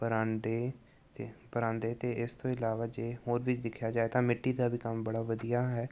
ਪਰਾਂਦੇ ਪਰਾਂਦੇ ਅਤੇ ਇਸ ਤੋਂ ਇਲਾਵਾ ਜੇ ਹੋਰ ਵੀ ਦੇਖਿਆ ਜਾਏ ਤਾਂ ਮਿੱਟੀ ਦਾ ਵੀ ਕੰਮ ਬੜਾ ਵਧੀਆ ਹੈ